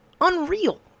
unreal